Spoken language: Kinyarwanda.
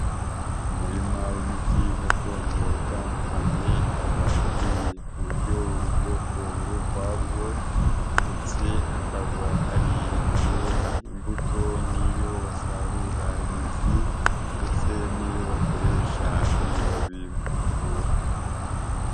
Umurima w'imiti gakondo itandukanye, ikaba iteye ku buryo buri bwoko buri ukwabwo, ndetse hakaba hari iyera imbuto niiyo basarura imizi, ndetse n'iyo bakoresha ibibabi mu kuvura.